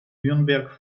nürnberg